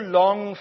long